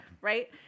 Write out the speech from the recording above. Right